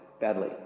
badly